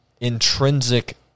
intrinsic